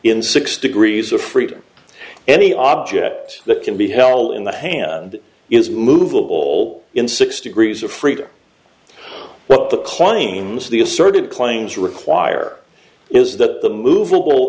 in six degrees of freedom any object that can be held in the hand is movable in six degrees of freedom what the claims of the asserted claims require is that the movable